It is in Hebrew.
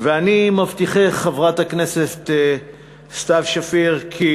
ואני מבטיחך, חברת הכנסת סתיו שפיר, כי